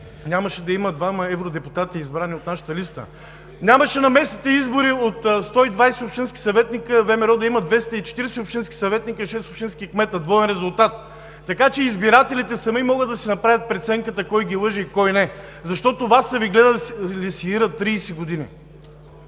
нямаше да има двама евродепутати, избрани от нашата листа. Нямаше на местните избори от 120 общински съветници ВМРО да има 240 общински съветници и шест общински кмета – двоен резултат. Така че избирателите сами могат да си направят преценката кой ги лъже и кой не. Защото Вас са Ви гледали сеира 30 години!